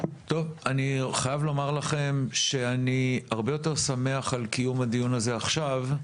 אני חייב לומר לכם שאני הרבה יותר שמח על קיום הדיון הזה עכשיו,